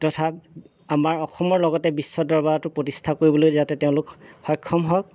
তথা আমাৰ অসমৰ লগতে বিশ্ব দৰবাৰতো যাতে প্ৰতিষ্ঠা কৰিবলৈ যাতে তেওঁলোক সক্ষম হওক